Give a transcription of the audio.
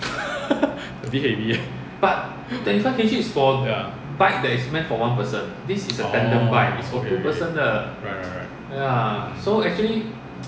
a bit heavy ya orh okay okay right right right